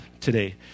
today